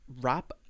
wrap